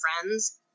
friends